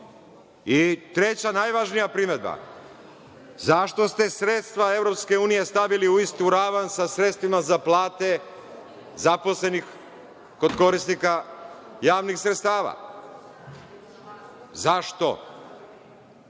itd. Treća, najvažnija, primedba – zašto ste sredstva EU stavili u istu ravan sa sredstvima za plate zaposlenih kod korisnika javnih sredstava? Zašto?